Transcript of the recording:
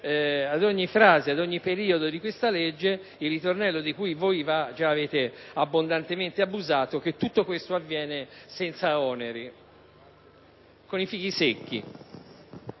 ad ogni frase e ad ogni periodo di questo disegno di legge il ritornello, di cui voi avete giaabbondantemente abusato, che tutto questo avviene senza oneri, cioe con i fichi secchi.